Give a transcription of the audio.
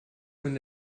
von